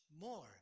more